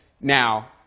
Now